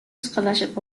scholarship